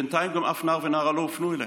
בינתיים גם אף נער ונערה לא הופנו אליהם,